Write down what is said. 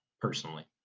personally